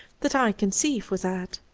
that i can see, for that.